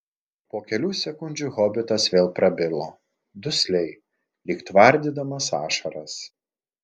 po kelių sekundžių hobitas vėl prabilo dusliai lyg tvardydamas ašaras